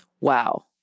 Wow